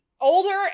Older